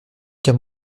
qu’un